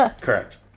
Correct